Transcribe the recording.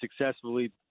successfully